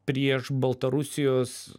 prieš baltarusijos